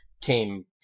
came